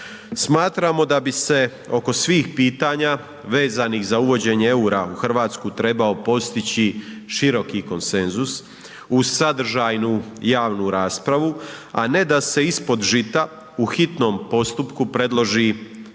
Smatramo da bi se oko svih pitanja vezanih za uvođenje eura u Hrvatsku trebao postići široki konsenzusu uz sadržajnu javnu raspravu a ne da se ispod žita u hitnom postupku predloži